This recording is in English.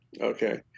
Okay